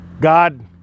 God